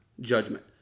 judgment